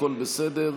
הכול בסדר,